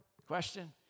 Question